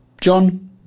John